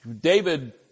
David